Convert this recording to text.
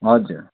हजुर